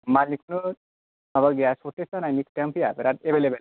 मालनि खुनु माबा गैया शर्टेस जानायनि खोथायानो फैया बिराथ एभेलेबेल